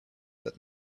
that